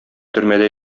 төрмәдә